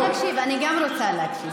באתי להצביע בעד,